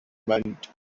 meant